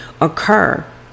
occur